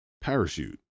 parachute